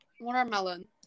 Watermelon